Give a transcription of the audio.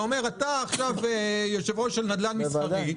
אתה אומר: אני עכשיו יושב-ראש של נדל"ן מסחרי,